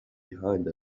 behind